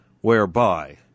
whereby